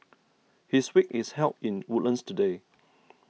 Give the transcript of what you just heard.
his wake is held in Woodlands today